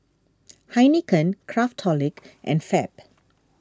Heinekein Craftholic and Fab